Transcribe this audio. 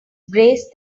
braced